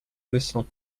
leçon